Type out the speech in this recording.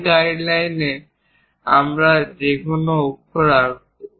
সেই গাইড লাইনে আমরা যেকোনো অক্ষর আঁকব